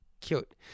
cute